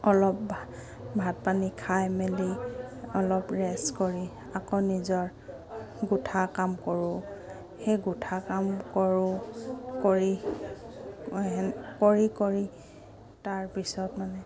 অলপ ভা ভাত পানী খাই মেলি অলপ ৰেষ্ট কৰি আকৌ নিজৰ গোঠা কাম কৰোঁ সেই গোঠা কাম কৰোঁ কৰি কৰি কৰি তাৰপিছত মানে